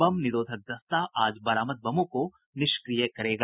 बम निरोधक दस्ता आज बरामद बमों को निष्क्रिय करेगा